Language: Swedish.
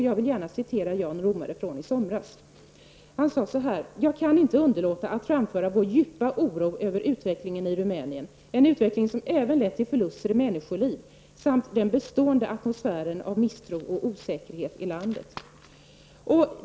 Jan Romare sade i somras: Jag kan inte underlåta att framföra vår djupa oro över utvecklingen i Rumänien -- en utveckling som även lett till förluster i människoliv samt den bestående atmosfären av misstro och osäkerhet i landet.